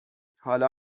حالا